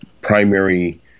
primary